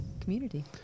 community